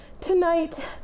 tonight